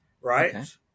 right